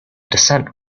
descent